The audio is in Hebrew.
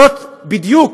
זאת בדיוק